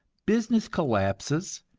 business collapses,